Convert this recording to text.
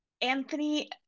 Anthony